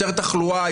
יותר תחלואה,